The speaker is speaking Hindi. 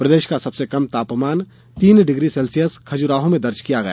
प्रदेश का सबसे कम तापमान तीन डिग्री सेल्सियस खजुराहो में दर्ज किया गया